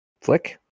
Flick